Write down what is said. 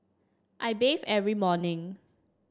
I bathe every morning